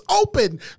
open